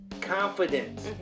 Confidence